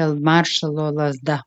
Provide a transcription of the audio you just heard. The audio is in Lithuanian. feldmaršalo lazda